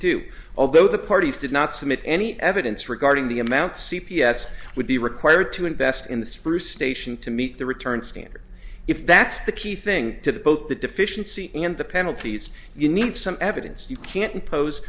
two although the parties did not submit any evidence regarding the amount c p s would be required to invest in the spruce station to meet the return skinner if that's the key thing to the both the deficiency and the penalties you need some evidence you can't impose